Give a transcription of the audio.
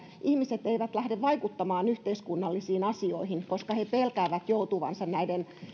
ihmiset eivät lähde vaikuttamaan yhteiskunnallisiin asioihin koska he pelkäävät joutuvansa näiden